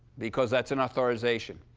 because that's an authorization.